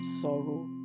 sorrow